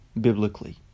biblically